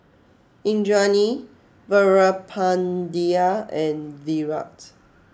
Indranee Veerapandiya and Virat